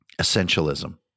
essentialism